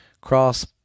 cross